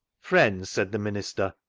friends, said the minister,